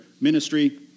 ministry